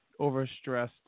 overstressed